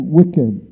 wicked